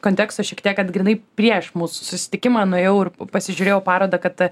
konteksto šiek tiek kad grynai prieš mūsų susitikimą nuėjau ir pasižiūrėjau parodą kad